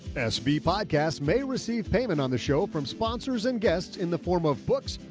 sb podcast may receive payment on the show from sponsors and guests in the form of books,